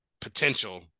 potential